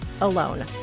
alone